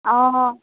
অঁ